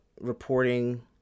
reporting